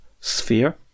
sphere